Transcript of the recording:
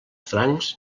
francs